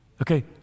Okay